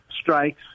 Strikes